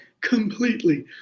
completely